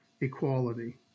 equality